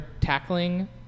tackling